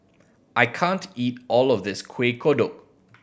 I can't eat all of this Kuih Kodok